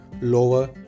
lower